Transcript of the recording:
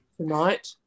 Tonight